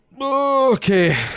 Okay